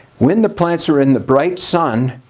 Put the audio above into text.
when the plants are in the bright sun,